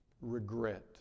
Regret